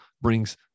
brings